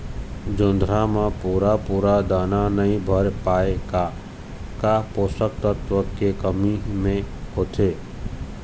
जोंधरा म पूरा पूरा दाना नई भर पाए का का पोषक तत्व के कमी मे होथे?